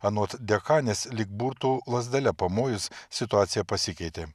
anot dekanės lyg burtų lazdele pamojus situacija pasikeitė